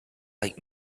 like